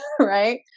right